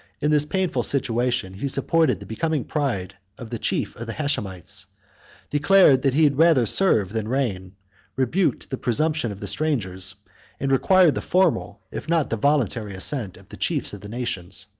in this painful situation he supported the becoming pride of the chief of the hashemites declared that he had rather serve than reign rebuked the presumption of the strangers and required the formal, if not the voluntary, assent of the chiefs of the nation.